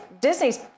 Disney's